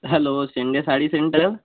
hello Scindia sari centre